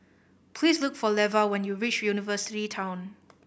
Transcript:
please look for Leva when you reach University Town